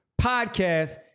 podcast